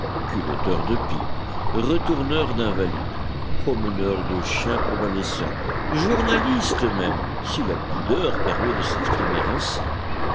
culotteur de pipes retourneur d'invalides promeneur de chiens convalescents journaliste même si la pudeur permet de s'exprimer ainsi